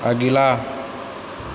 अगिला